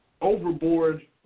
overboard